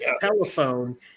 telephone